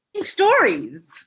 stories